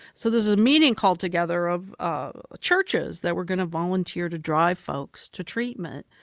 so there's a meeting called together of ah ah churches that were going to volunteer to drive folks to treatment,